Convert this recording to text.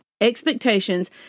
expectations